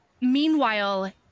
Meanwhile